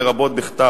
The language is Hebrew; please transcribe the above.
לרבות בכתב,